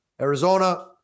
Arizona